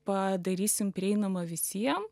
padarysim prieinamą visiem